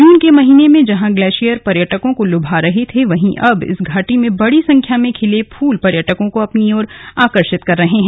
जून के महीने में जहां ग्लेशियर पर्यटकों को लुभा रहे थे वहीं अब इस घाटी में बड़ी संख्या में खिले फूल पर्यटकों को अपनी ओर आकर्षित कर रहे हैं